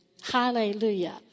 Hallelujah